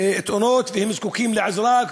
תאונות והם זקוקים לעזרה,